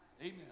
Amen